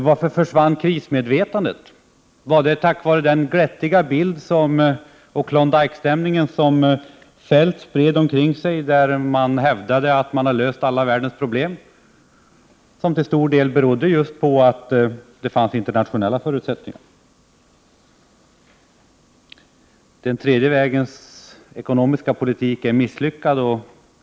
Varför försvann krismedvetandet? Var det på grund av den glättiga bild och Klondykestämning som Feldt spred omkring sig, när han hävdade att man hade löst alla världens problem, som ju till stor del berodde på att det fanns internationella förutsättningar? Den tredje vägens ekonomiska politik är misslyckad.